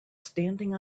standing